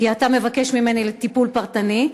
כי אתה מבקש ממני טיפול פרטני,